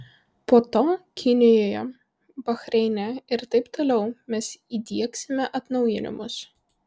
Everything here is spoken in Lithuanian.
po to kinijoje bahreine ir taip toliau mes įdiegsime atnaujinimus